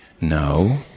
No